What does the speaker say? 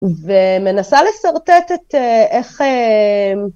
ומנסה לסרטט את איך...